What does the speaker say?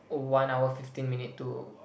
oh one hour fifteen minute to